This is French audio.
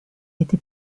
été